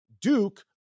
Duke